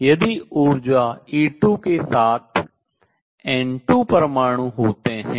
और इसलिए यदि ऊर्जा E2 के साथ N2 परमाणु होते हैं